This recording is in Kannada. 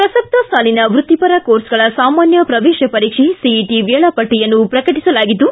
ಪ್ರಸಕ್ತ ಸಾಲಿನ ವೃತ್ತಿಪರ ಕೋರ್ಸ್ಗಳ ಸಾಮಾನ್ಯ ಪ್ರವೇಶ ಪರೀಕ್ಷೆ ಸಿಇಟಿ ವೇಳಾಪಟ್ಟಿಯನ್ನು ಪ್ರಕಟಸಲಾಗಿದ್ದು